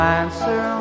answer